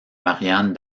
marianne